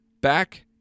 back